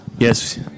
Yes